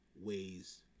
ways